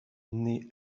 naît